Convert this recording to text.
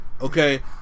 Okay